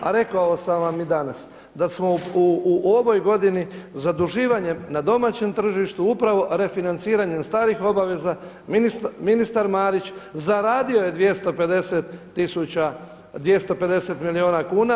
A rekao sam vam i danas da smo u ovoj godini zaduživanjem na domaćem tržištu upravo refinanciranjem starih obveza ministar Marić zaradio je 250 tisuća, 250 milijuna kuna.